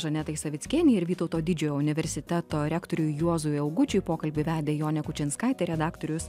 žanetai savickienei ir vytauto didžiojo universiteto rektoriui juozui augučiui pokalbį vedė jonė kučinskaitė redaktorius